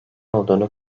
olduğunu